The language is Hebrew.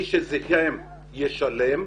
מי שזיהם ישלם.